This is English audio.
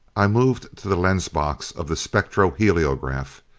i moved to the lens box of the spectroheliograph.